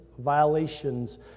violations